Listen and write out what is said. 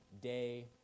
day